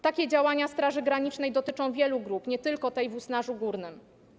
Takie działania Straży Granicznej dotyczą wielu grup, nie tylko tej w Usnarzu Górnym.